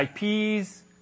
IPs